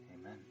amen